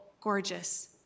gorgeous